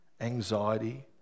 anxiety